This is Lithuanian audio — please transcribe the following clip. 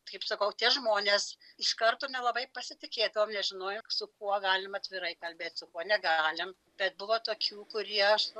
kaip sakau tie žmonės iš karto nelabai pasitikėdavom nežinojmo su kuo galima atvirai kalbėti su kuo negalim bet buvo tokių kurie aš